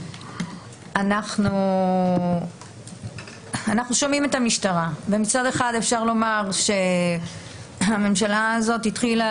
אנחנו שומעים את המשטרה ומצד אחד אפשר לומר שהממשלה הזאת התחילה